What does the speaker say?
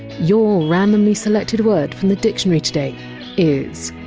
your randomly selected word from the dictionary today is!